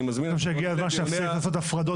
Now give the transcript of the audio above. אני חושב שהגיע הזמן שנפסיק לעשות הפרדות